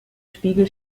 spiegel